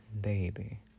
baby